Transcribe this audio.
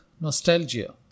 Nostalgia